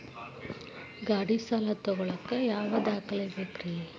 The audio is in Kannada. ಗಾಡಿ ಸಾಲ ತಗೋಳಾಕ ಯಾವ ದಾಖಲೆಗಳ ಬೇಕ್ರಿ?